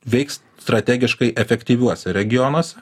veiks strategiškai efektyviuose regionuose